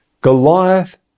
Goliath